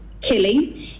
killing